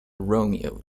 romeo